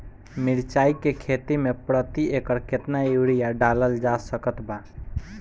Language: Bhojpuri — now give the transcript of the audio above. मिरचाई के खेती मे प्रति एकड़ केतना यूरिया डालल जा सकत बा?